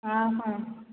ଆଉ କ'ଣ